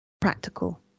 practical